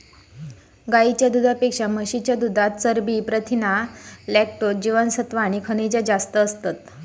गाईच्या दुधापेक्षा म्हशीच्या दुधात चरबी, प्रथीना, लॅक्टोज, जीवनसत्त्वा आणि खनिजा जास्त असतत